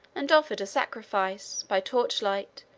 and offered a sacrifice, by torch-light,